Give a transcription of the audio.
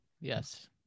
Yes